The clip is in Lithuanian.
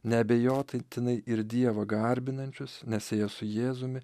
neabejotinai ir dievą garbinančius nes ėjo su jėzumi